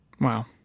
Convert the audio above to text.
wow